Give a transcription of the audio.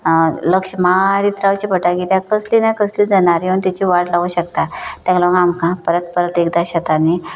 लक्ष मारीत रावचें पडटा किद्या कसली ना कसली जनावरां ताची वाट लावंक शकता ताका लागो आमकां परत परत एकदां शेतांनी